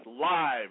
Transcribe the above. live